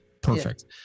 perfect